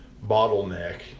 bottleneck